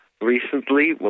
recently